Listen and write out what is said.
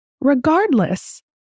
Regardless